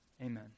Amen